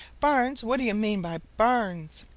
barns! what do you mean by barns?